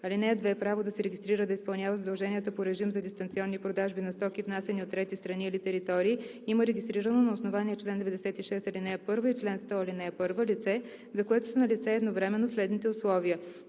ал. 18. (2) Право да се регистрира да изпълнява задълженията по режим за дистанционни продажби на стоки, внасяни от трети страни или територии, има регистрирано на основание чл. 96, ал. 1 или чл. 100, ал. 1 лице, за което са налице едновременно следните условия: